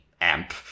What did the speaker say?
amp